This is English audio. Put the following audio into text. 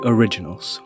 Originals